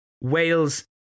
Wales